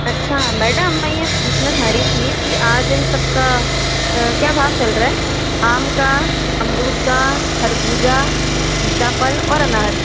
अच्छा मेडम मैं ये पूछना चाह रही थी कि आज इन सबका क्या भाव चल रहा है आम का अमरूद का खरबूजा सीताफल और अनार